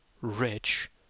rich